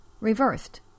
reversed